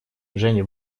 женя